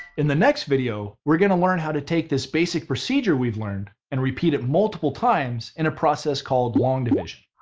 in the next video, we're gonna learn how to take this basic procedure we've learned and repeat it multiple times in a process called long division.